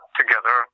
together